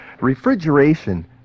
Refrigeration